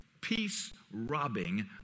peace-robbing